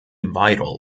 vital